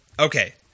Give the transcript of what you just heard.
Okay